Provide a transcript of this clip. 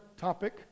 topic